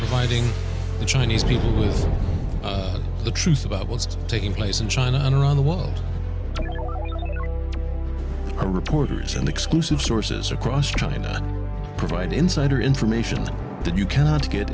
fighting the chinese people is the truth about what's taking place in china and around the world are reporters and exclusive sources across china provide insider information that you cannot get